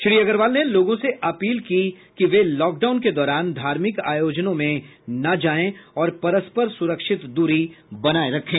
श्री अग्रवाल ने लोगों से अपील की कि वे लॉकडाउन के दौरान धार्मिक आयोजनों में न जायें और परस्पर सुरक्षित दूरी बनाये रखें